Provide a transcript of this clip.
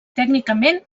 tècnicament